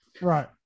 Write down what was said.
Right